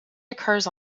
occurs